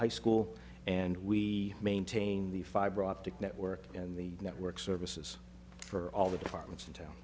high school and we maintain the fiber optic network and the network services for all the departments in